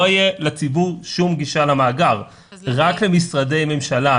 לא תהיה לציבור שום גישה למאגר, רק למשרדי הממשלה.